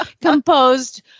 composed